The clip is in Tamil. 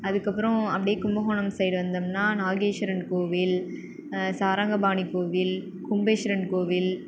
அதுக்கப்புறம் அப்படியே கும்பகோணம் சைடு வந்தோம்னால் நாகேஸ்வரன் கோவில் சாரங்கபாணி கோவில் கும்பேஸ்வரன் கோவில்